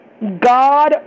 God